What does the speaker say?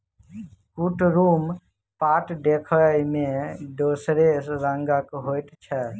कुतरुम पाट देखय मे दोसरे रंगक होइत छै